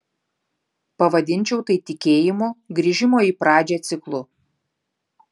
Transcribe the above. pavadinčiau tai tikėjimo grįžimo į pradžią ciklu